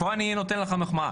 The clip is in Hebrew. פה אני נותן לך מחמאה.